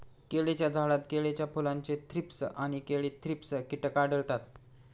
केळीच्या झाडात केळीच्या फुलाचे थ्रीप्स आणि केळी थ्रिप्स कीटक आढळतात